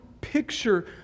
picture